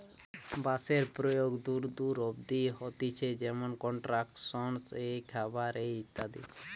বাঁশের প্রয়োগ দূর দূর অব্দি হতিছে যেমনি কনস্ট্রাকশন এ, খাবার এ ইত্যাদি